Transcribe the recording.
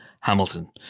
Hamilton